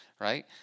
Right